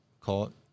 caught